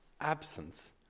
absence